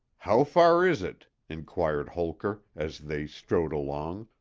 how far is it? inquired holker, as they strode along,